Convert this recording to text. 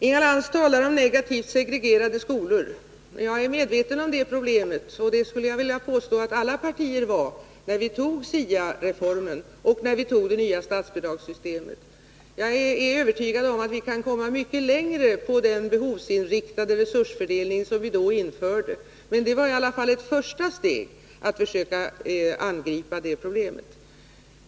Inga Lantz talar om negativt segregerade skolor. Jag är medveten om det problemet, och jag skulle vilja påstå att alla partier var det när vi beslutade om SIA-reformen och när vi fattade beslut om det nya statsbidragssystemet. Jag är övertygad om att vi kan komma mycket längre på den behovsinriktade resursfördelning som då infördes. Men den var i alla fall ett första steg till att försöka angripa det här problemet.